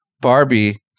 Barbie